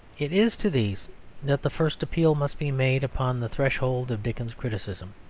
it is to these that the first appeal must be made upon the threshold of dickens criticism.